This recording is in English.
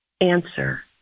Answer